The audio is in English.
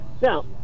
Now